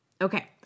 okay